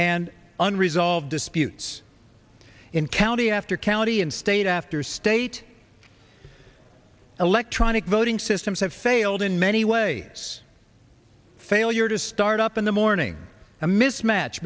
and unresolved disputes in county after county and state after state electronic voting systems have failed in many ways failure to start up in the morning a mismatch